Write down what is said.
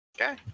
Okay